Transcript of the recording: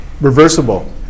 reversible